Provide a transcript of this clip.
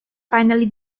finally